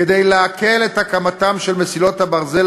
כדי להקל את הקמתן של מסילות הברזל,